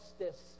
justice